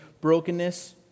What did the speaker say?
brokenness